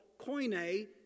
Koine